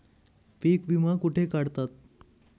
पीक विमा कुठे काढतात?